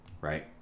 right